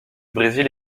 brésil